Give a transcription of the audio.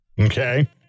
Okay